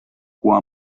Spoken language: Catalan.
cua